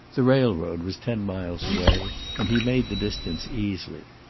the railroad was ten miles away, and he made the distance easily.